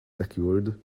secured